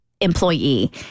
employee